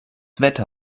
wetter